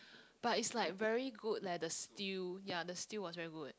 but is like very good leh the stew ya the stew was very good